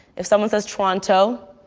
if someone says toronto,